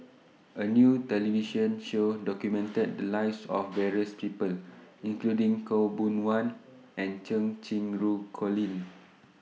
A New television Show documented The Lives of various People including Khaw Boon Wan and Cheng Colin